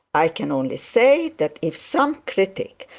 i can only say that if some critic,